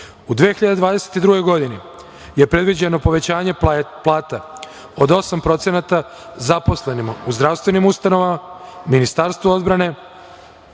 2022. godini je predviđeno povećanje plata od 8% zaposlenima u zdravstvenim ustanovama, Ministarstvu odbrane,